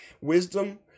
wisdom